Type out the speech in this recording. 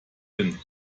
hin